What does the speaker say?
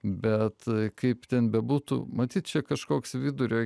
bet kaip ten bebūtų matyt čia kažkoks vidurio